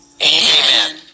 Amen